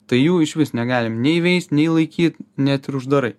tai jų iš vis negalim nei veist nei laikyt net ir uždarai